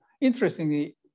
interestingly